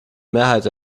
mehrheit